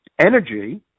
energy